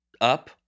up